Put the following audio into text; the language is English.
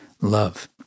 love